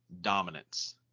dominance